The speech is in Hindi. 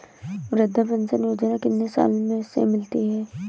वृद्धा पेंशन योजना कितनी साल से मिलती है?